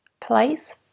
place